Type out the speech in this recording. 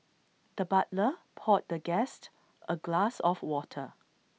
the butler poured the guest A glass of water